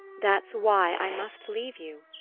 that's why i must leave you.